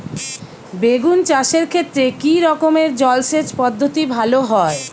বেগুন চাষের ক্ষেত্রে কি রকমের জলসেচ পদ্ধতি ভালো হয়?